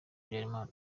habyarimana